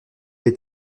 les